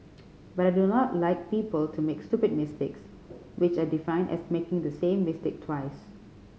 but I do not like people to make stupid mistakes which I define as making the same mistake twice